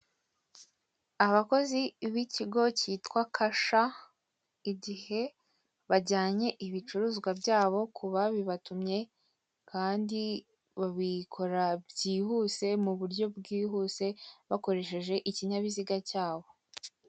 Abakozi b'ikigo kitwa kasha igihe bajyanye ibicuruzwa byabo kubabibatumye kandi babikora byihuse muburyo bwihuse bakoresheje ikinyabiziga cyabo.